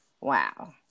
Wow